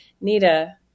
Nita